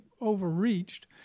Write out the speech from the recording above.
overreached